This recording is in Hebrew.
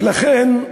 ולכן,